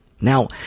Now